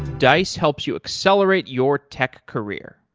dice helps you accelerate your tech career.